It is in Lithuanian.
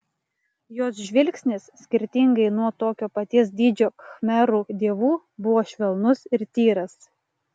jos žvilgsnis skirtingai nuo tokio paties dydžio khmerų dievų buvo švelnus ir tyras